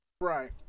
Right